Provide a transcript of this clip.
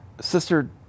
Sister